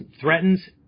threatens